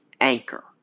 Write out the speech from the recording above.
Anchor